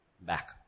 Back